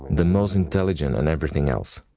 the most intelligent and everything else.